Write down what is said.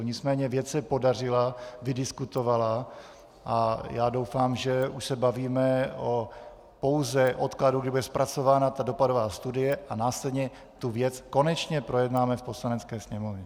Nicméně věc se podařila, vydiskutovala a já doufám, že už se bavíme pouze o odkladu, kdy bude zpracována ta dopadová studie, a následně tu věc konečně projednáme v Poslanecké sněmovně.